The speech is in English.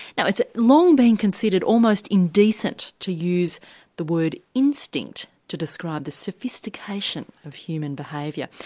now, it's long been considered almost indecent to use the word instinct to describe the sophistication of human behaviour,